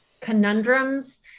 conundrums